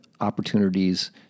opportunities